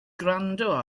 gwrando